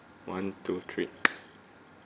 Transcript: one two three